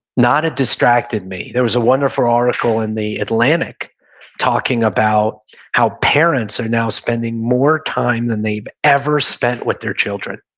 not a distracted me there was a wonderful article in the atlantic talking about how parents are now spending more time than they've ever spent with their children,